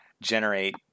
generate